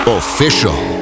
official